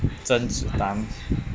甄子丹